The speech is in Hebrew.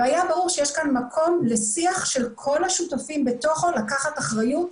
והיה ברור שיש כאן מקום לשיח של כל השותפים בתוכו ולקחת אחריות.